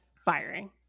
firing